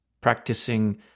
practicing